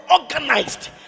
organized